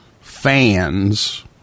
fans